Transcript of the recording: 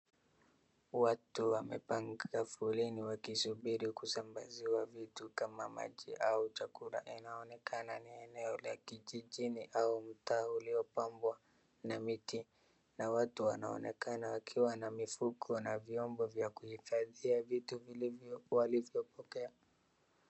Watu wamepanga foleni wakisubiri kusambaziwa vitu kama maji au chakula. Inaonekana ni eneo la kijijini au mtaa uliopambwa na miti na watu wanaonekana wakiwa na mifuko na vyombo vya kuhifadhia vitu vilivyo walivyopokea.